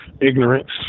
ignorance